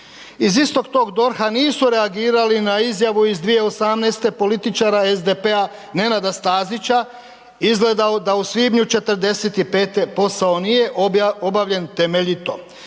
Iz istog tog DORH-a nisu reagirali na izjavu iz 2018. političara SDP-a Nenada Stazića, izgleda da u svibnju '45. nije obavljen temeljito.